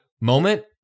moment